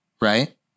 right